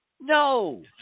no